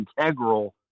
integral